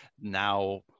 now